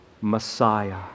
Messiah